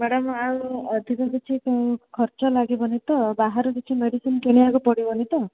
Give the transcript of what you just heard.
madam ଆଉ ଅଧିକ କିଛି ଖର୍ଚ୍ଚ ଲାଗିବନି ତ ବାହାରୁ କିଛି ମେଡ଼ିସିନ କିଣିବାକୁ ପଡ଼ିବନି ତ